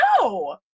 no